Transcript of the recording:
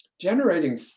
Generating